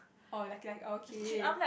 oh like like okay